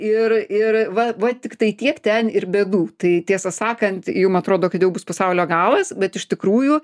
ir ir va va tiktai tiek ten ir bėdų tai tiesą sakant jum atrodo kad jau bus pasaulio galas bet iš tikrųjų